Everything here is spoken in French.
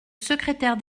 secrétaire